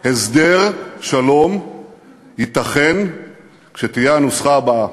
הסדר שלום ייתכן כשתהיה הנוסחה הבאה: